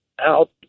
out